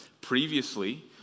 Previously